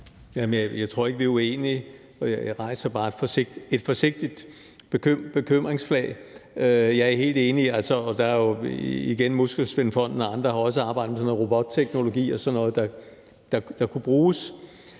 jeg tror ikke, vi er uenige. Jeg rejser bare et forsigtigt bekymringsflag. Jeg er helt enig, og Muskelsvindfonden og andre har også arbejdet med robotteknologi og sådan noget, der kunne bruges.